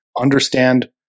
understand